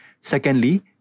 Secondly